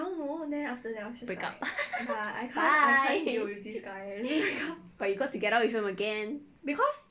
break up bye but you got together with him again